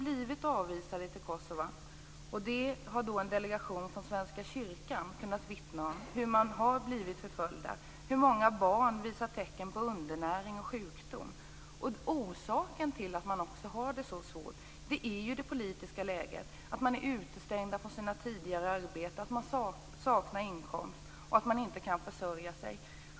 En delegation från Svenska kyrkan har vittnat om hur de som avvisats till Kosova blivit förföljda och om att många barn visar tecken på undernäring och sjukdom. Orsaken till att man har det så svårt är det politiska läget. Man är utestängd från sina tidigare arbeten. Man saknar inkomst och kan inte försörja sig.